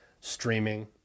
streaming